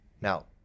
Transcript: Now